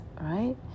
right